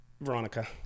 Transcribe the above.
Veronica